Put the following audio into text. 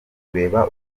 kureba